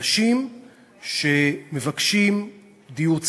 אנשים שמבקשים דיור ציבורי.